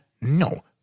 No